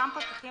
אותם פקחים